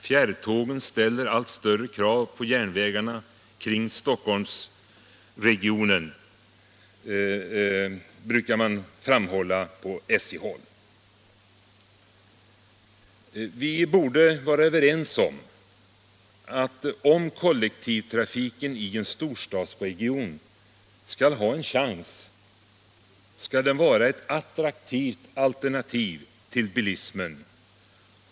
Fjärrtågen ställer allt större krav på järnvägarna kring Stockholm brukar man framhålla på SJ-håll. Vi borde vara överens om att om kollektivtrafiken i en storstadsregion skall ha en chans skall den vara ett attraktivt alternativ till bilismen.